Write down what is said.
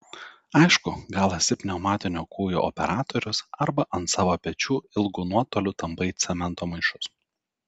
aišku gal esi pneumatinio kūjo operatorius arba ant savo pečių ilgu nuotoliu tampai cemento maišus